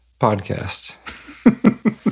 podcast